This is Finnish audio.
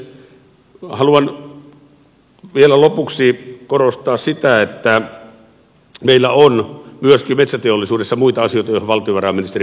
haluan vielä lopuksi korostaa sitä että meillä on myöskin metsäteollisuudessa muita asioita joihin valtiovarainministeri puuttui